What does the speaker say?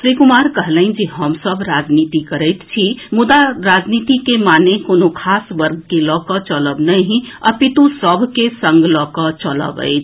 श्री कुमार कहलनि जे हमसभ राजनीति करैत छी मुदा राजनीति के मतलब कोनो खास वर्ग के लऽ कऽ चलब नहि अपितु सभ के संग लऽ कऽ चलब अछि